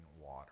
water